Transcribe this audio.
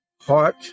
heart